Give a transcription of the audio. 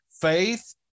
Faith